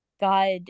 God